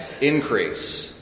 increase